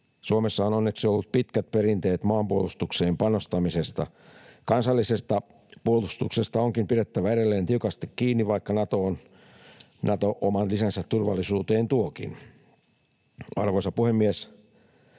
Suomessa on onneksi ollut pitkät perinteet maanpuolustukseen panostamisessa. Kansallisesta puolustuksesta onkin pidettävä edelleen tiukasti kiinni, vaikka Nato oman lisänsä turvallisuuteen tuokin. Arvoisa puhemies!